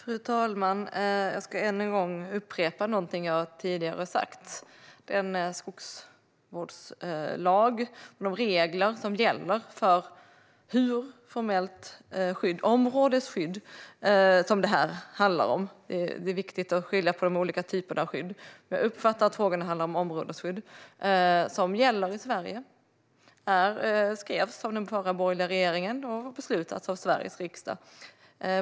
Fru talman! Jag ska ännu en gång upprepa något jag tidigare har sagt. Den skogsvårdslag och de regler som gäller i Sverige för formellt områdesskydd, som jag uppfattar att detta handlar om - det är viktigt att skilja på de olika typerna av skydd - skrevs av den förra borgerliga regeringen och beslutades av Sveriges riksdag.